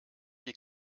die